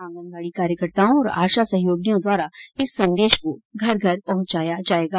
आंगनबाड़ी कार्यकर्ताओं और आशा सहयोगिनियों द्वारा इस संदेश को घर घर पहुंचाया जायेगा